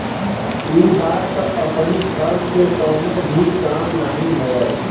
इ बार त अपनी फर्म के कवनो भी काम नाही भयल